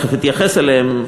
תכף אתייחס אליהן,